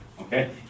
okay